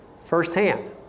firsthand